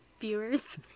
Viewers